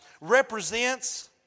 represents